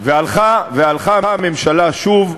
והלכה הממשלה שוב,